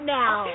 now